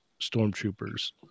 stormtroopers